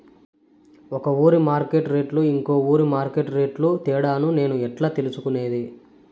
ఒక ఊరి మార్కెట్ రేట్లు ఇంకో ఊరి మార్కెట్ రేట్లు తేడాను నేను ఎట్లా తెలుసుకునేది?